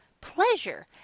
pleasure